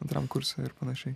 antram kurse ir panašiai